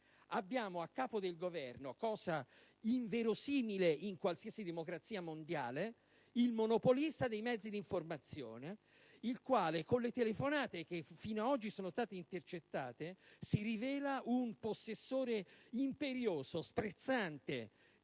Abbiamo a capo del Governo - cosa inverosimile in qualsiasi democrazia mondiale - il monopolista dei mezzi di informazione, il quale, dalle telefonate che fino ad oggi sono state intercettate, si rivela un possessore imperioso e sprezzante